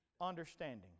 understanding